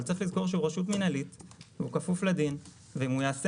אבל צריך לזכור שהוא רשות מנהלית והוא כפוף לדין ואם הוא יעשה